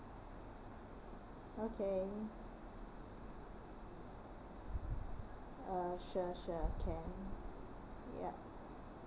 okay uh sure sure can yup